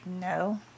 no